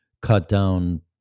cut-down